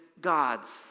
God's